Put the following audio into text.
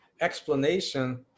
Explanation